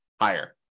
higher